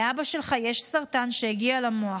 לאבא שלך יש סרטן שהגיע למוח,